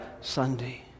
Sunday